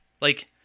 like-